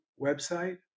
website